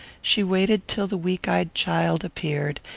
she waited till the weak-eyed child appeared,